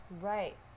Right